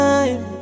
Time